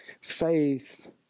Faith